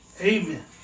Amen